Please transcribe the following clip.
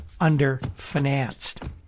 underfinanced